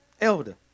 Elder